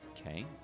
Okay